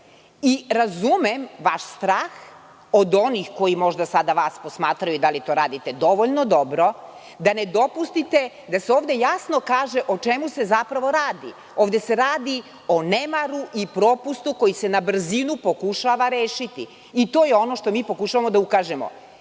i razumem vaš strah od onih koji možda sada vas posmatraju i da li to radite dovoljno dobro da ne dopustite da se ovde jasno kaže o čemu se zapravo radi. Ovde se radi o nemaru i propustu koji se na brzinu pokušava rešiti i to je ono što mi pokušavamo da ukažemo. Vi